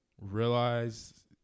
realize